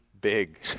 big